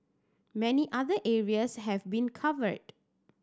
many other areas have been covered